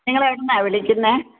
നിങ്ങള് എവിടുന്നാ വിളിക്കുന്നത്